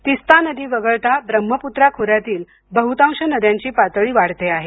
तिस्ता नदी वगळता ब्रह्मपुत्रा खोऱ्यातील बहुतांश नद्यांची पातळी वाढते आहे